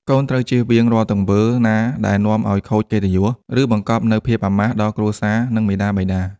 កូនត្រូវចៀសវាងរាល់ទង្វើណាដែលនាំឲ្យខូចកិត្តិយស ឬបង្កប់នូវភាពអាម៉ាស់ដល់គ្រួសារ និងមាតាបិតា។